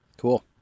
Cool